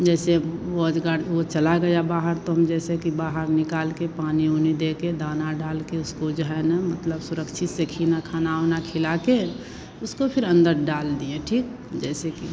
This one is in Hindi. जैसे वो अजगर वो चला गया बाहर तो हम जैसे कि बाहर निकाल कर पानी ऊनी दे कर दाना डाल कर उसको जो है ना मतलब सुरक्षित से खिना न खाना ऊना खिला कर उसको फिर अन्दर डाल दिए ठीक जैसे कि